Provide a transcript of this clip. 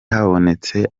habonetse